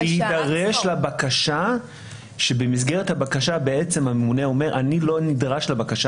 להידרש לבקשה שבמסגרת הבקשה הממונה אומר שהוא לא נדרש לבקשה